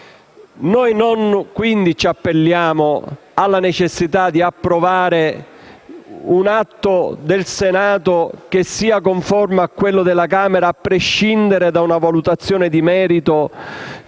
Noi ci appelliamo alla necessità di approvare un atto del Senato che sia conforme a quello della Camera, a prescindere da una valutazione di merito